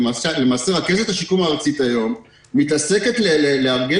למעשה רכזת השיקום היום מתעסקת בארגון